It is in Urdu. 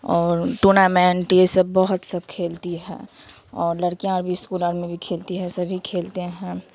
اور ٹونامنٹ یہ سب بہت سب کھیلتی ہے اور لڑکیاں بھی اسکولوں میں بھی کھیلتی ہے سبھی کھیلتے ہیں